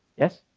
yes?